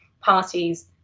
parties